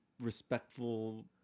respectful